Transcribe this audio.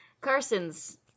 Carson's